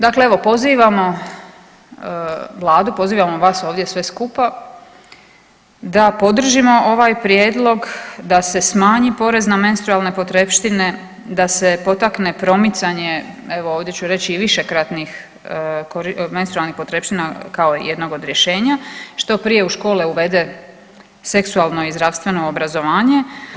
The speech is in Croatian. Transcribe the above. Dakle evo pozivamo Vladu, pozivamo vas ovdje sve skupa da podržimo ovaj prijedlog da se smanji porez na menstrualne potrepštine, da se potakne promicanje evo ovdje ću reći i višekratnih menstrualnih potrepština kao jednog od rješenja, što prije u škole uvede seksualno i zdravstveno obrazovanje.